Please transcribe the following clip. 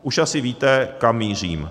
Už asi víte, kam mířím.